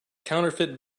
counterfeit